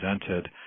presented